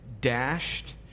dashed